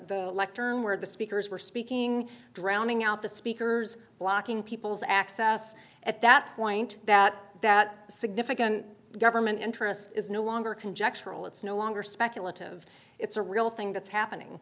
lectern where the speakers were speaking drowning out the speakers blocking people's access at that point that that significant government interest is no longer conjectural it's no longer speculative it's a real thing that's happening